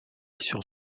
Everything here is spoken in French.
sur